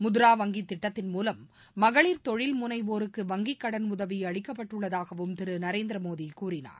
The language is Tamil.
முத்ரா வங்கி திட்டத்தின் மூலம் மகளிர் தொழில் முனைவோருக்கு வங்கி கடனுதவி அளிக்கப்பட்டுள்ளதாகவும் திரு நரேந்திர மோடி கூறினார்